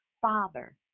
Father